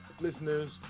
listeners